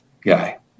guy